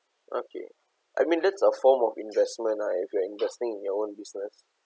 okay I mean that's a form of investment ah if you are investing in your own business